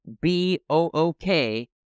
B-O-O-K